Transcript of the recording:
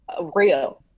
real